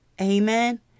Amen